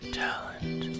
talent